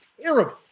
terrible